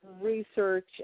research